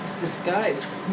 Disguise